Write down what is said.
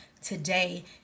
today